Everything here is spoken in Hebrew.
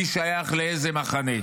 מי שייך לאיזה מחנה.